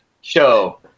show